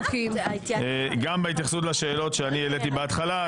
גם בהתייחסות לשאלות שאני העליתי בהתחלה,